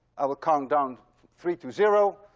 i will count down three to zero,